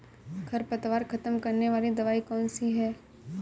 खरपतवार खत्म करने वाली दवाई कौन सी है?